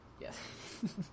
Yes